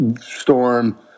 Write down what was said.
Storm